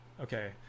Okay